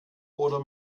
oder